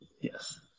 Yes